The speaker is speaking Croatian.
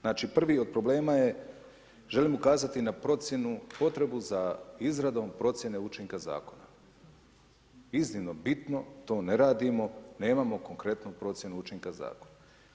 Znači prvi od problema je, želim ukazati na procjenu, potrebu za izradom procjene učinka zakona. iznimno bitno to ne radimo, nemamo konkretnu procjenu učinka zakona.